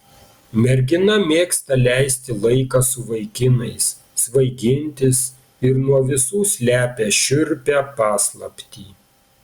mergina mėgsta leisti laiką su vaikinais svaigintis ir nuo visų slepia šiurpią paslaptį